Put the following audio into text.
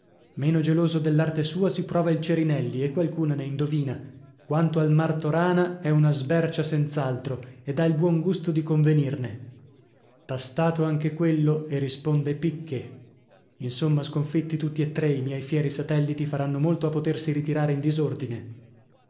meno geloso dell'arte sua si prova il cerinelli e qualcuna ne indovina quanto al martorana è una sbercia senz'altro ed ha il buon gusto di convenirne tastato anche quello e risponde picche insomma sconfitti tutti e tre i miei fieri satelliti faranno molto a potersi ritirare in disordine